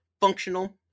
functional